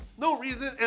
no reason,